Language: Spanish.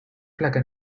placa